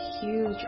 huge